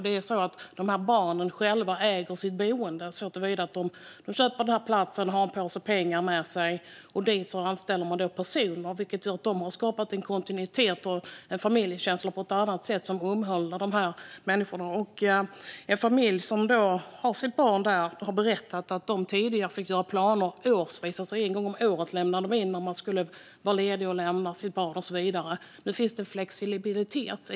Det handlar om att barnen själva äger sitt boende. De köper en plats och har en påse pengar med sig, och sedan anställer man personer dit. Det gör att man har skapat en kontinuitet och en familjekänsla på ett annat sätt, som omhuldar dessa människor. En familj som har sitt barn där har berättat att de tidigare fick göra planer årsvis, alltså att de en gång om året lämnade in uppgifter om när man skulle vara ledig och lämna sitt barn och så vidare, men att det nu finns en flexibilitet.